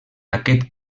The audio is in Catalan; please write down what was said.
aquest